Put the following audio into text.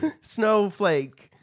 snowflake